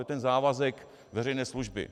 To je ten závazek veřejné služby.